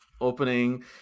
opening